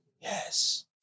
Yes